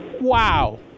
wow